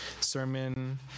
sermon